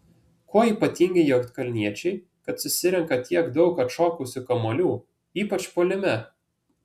kuo ypatingi juodkalniečiai kad susirenka tiek daug atšokusių kamuolių ypač puolime